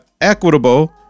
equitable